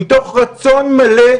מתוך רצון מלא,